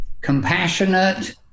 compassionate